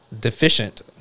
Deficient